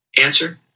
Answer